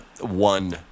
one